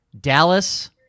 Dallas